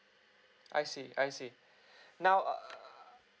I see I see now err